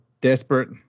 desperate